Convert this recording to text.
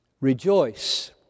Rejoice